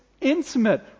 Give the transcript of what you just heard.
intimate